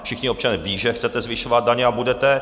Všichni občané vědí, že chcete zvyšovat daně a budete.